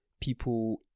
people